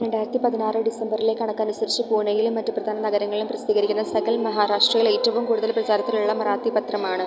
രണ്ടായിരത്തി പതിനാറ് ഡിസംബർലെ കണക്കനുസരിച്ച് പൂനെയിലും മറ്റു പ്രധാന നഗരങ്ങളിലും പ്രസിദ്ധീകരിക്കുന്ന സകൽ മഹാരാഷ്ട്രയിൽ ഏറ്റവും കൂടുതൽ പ്രചാരത്തിലുള്ള മറാത്തി പത്രമാണ്